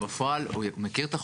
הוא בפועל מכיר את החוק,